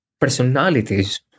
personalities